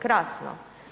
Krasno.